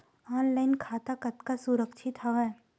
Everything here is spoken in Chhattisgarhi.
ऑनलाइन खाता कतका सुरक्षित हवय?